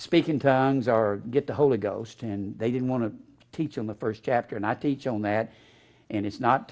speak in tongues are get the holy ghost and they didn't want to teach in the first chapter and i teach on that and it's not